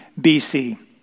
BC